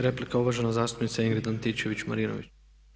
Replika uvažena zastupnica Ingrid Antičević Marinović.